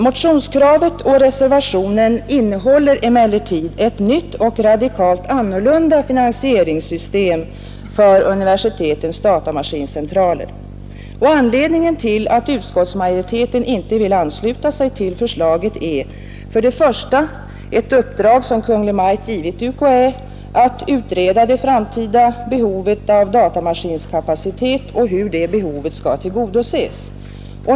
Motionskravet och reservationen innehåller emellertid ett nytt och radikalt annorlunda finansieringssystem för universitetens datamaskincentraler. Anledningen till att utskottsmajoriteten inte vill ansluta sig till förslaget är för det första ett uppdrag som Kungl. Maj:t givit UKÄ att utreda det framtida behovet av datamaskinkapacitet och hur det behovet skall tillgodoses.